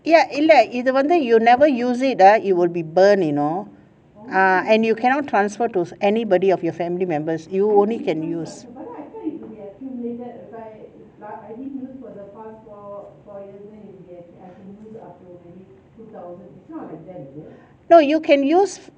ya இல்ல இது வந்து:illa ithu vanthu you never use it ah it will be burnt you know ah and you cannot transfer to anybody of your family members you only can use no you can use